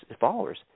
followers